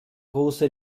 große